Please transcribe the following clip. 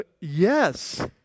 Yes